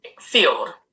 field